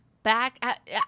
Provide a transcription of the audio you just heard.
Back